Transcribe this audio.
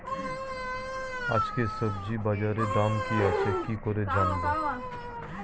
আজকে সবজি বাজারে দাম কি আছে কি করে জানবো?